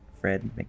Fred